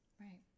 Right